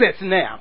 now